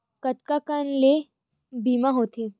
कतका कन ले बीमा होथे?